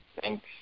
thanks